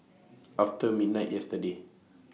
after midnight yesterday